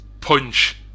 punch